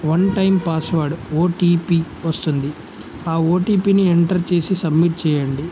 one time password OTP వస్తుంది ఆ ఓటీపీని ఎంటర్ చేసి సబ్మిట్ చేయండి